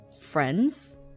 friends